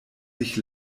sich